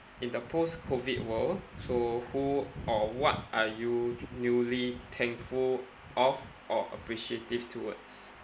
in the post COVID world so who or what are you newly thankful of or appreciative towards